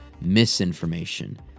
misinformation